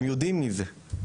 הם יודעים מי זה,